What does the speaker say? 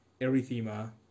erythema